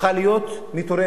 הפכה להיות מטורפת.